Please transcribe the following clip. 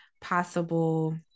possible